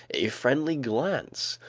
a friendly glance,